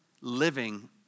living